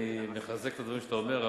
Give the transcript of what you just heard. אני מחזק את הדברים שאתה אומר,